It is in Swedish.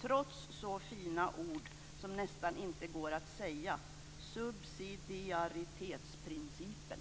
trots så fina ord som nästan inte går att säga - subsidiaritetsprincipen.